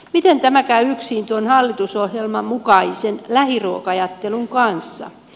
miten tämä käy yksiin tuon hallitusohjelman mukaisen lähiruoka ajattelun kanssa